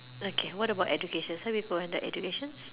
okay what about education some people on the educations